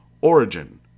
Origin